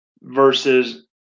Versus